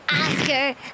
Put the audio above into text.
Oscar